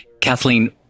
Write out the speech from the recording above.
Kathleen